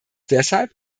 deshalb